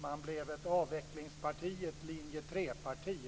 Man blev ett avvecklingsparti, ett linje 3-parti.